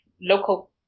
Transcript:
local